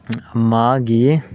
ꯑꯃꯒꯤ